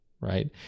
Right